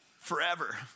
forever